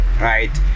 right